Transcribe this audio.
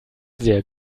sehr